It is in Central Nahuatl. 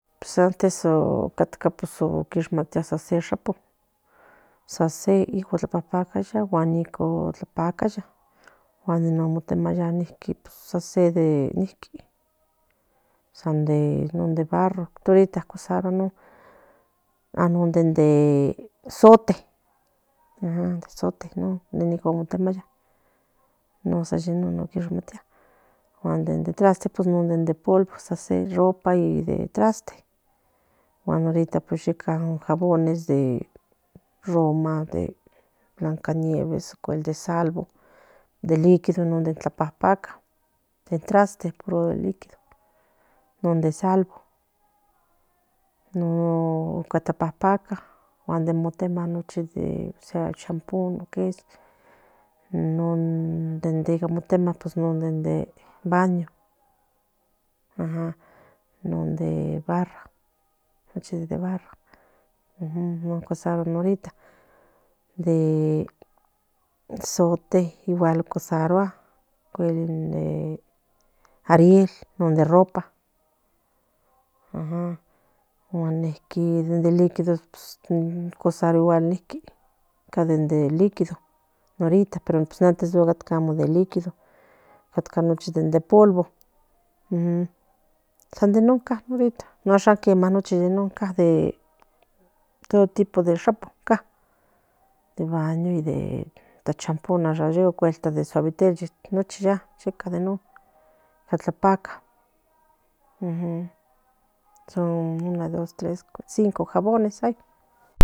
Pues antes otcatca tishmatia se shapon paca ni motemuaya ninqui san se de ninqui de barro asta ahorita usarua non guan non de zote non de mowmualla san non tichatia nos traste de polvo de traste guan de ahorita ahy jabones de roma blancanieves ocuel de salvo demliquido ocuel de non guapalpaca non de salvo non paca de motegua non shampu non de baño ajam non de barra nochi de barra usarua ahorita de zote cualisarua ocuel de ariel non de ropa ajam guan de líquido usaría niqui de líquido antes amo de líquido nochi de polvo sande non va ahorita cabnochi de todo tipo se shapon de baño de shampoo de suavite nochi de non tlatlapaca son 12345 jabones ahy